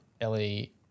Ellie